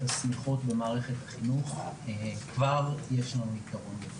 השמיכות במערכת החינוך כבר יש לו יתרון.